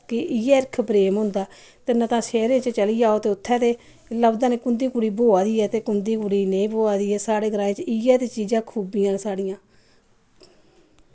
कि इ'यै हिरख प्रेम होंदा ते निं तां शैह्रें च चली जाओ ते उत्थै ते लभदा नि कुंदी कुड़ी ब्योहा दी ऐ ते कुंदी कुड़ी नेईं ब्योहा दी साढ़े ग्राएं च इ'यै ते चीजां खूबियां न साढ़ियां